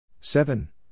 Seven